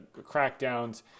crackdowns